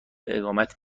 اقامت